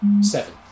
Seven